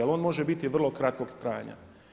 Ali on može biti vrlo kratkog trajanja.